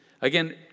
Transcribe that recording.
Again